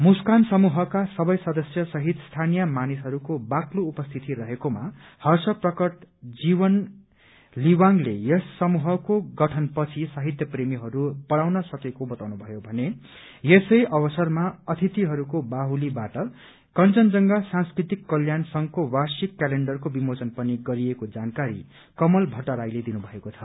मुस्कान समूहका सवै सदस्य सहित स्थानीय मानिसहरूको बाक्लो उपस्थिति रहेकोमा इर्ष प्रकट गर्दै जीवन लिवाडले यस समूहको गठन पछि साहित्यप्रेमीहरू बढ़ाउन सकेको बताउनुभयो भने यसै अवसरमा अतिथिहस्कको बाहुलीबाट कंचनजंघा सांस्कृतिक कल्याण संघको वार्षिक क्यालेण्डरको विमोचन पनि गरिएको जानकारी कमल भट्टराईले दिनुभएको छ